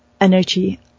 energy